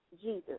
Jesus